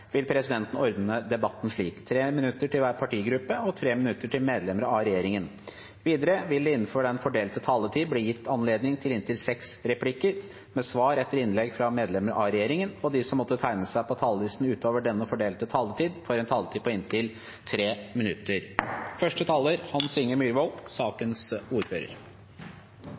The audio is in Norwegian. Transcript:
vil presidenten ordne debatten slik: 3 minutter til hver partigruppe og 3 minutter til medlemmer av regjeringen. Videre vil det – innenfor den fordelte taletid – bli gitt anledning til inntil seks replikker med svar etter innlegg fra medlemmer av regjeringen, og de som måtte tegne seg på talerlisten utover den fordelte taletid, får også en taletid på inntil 3 minutter.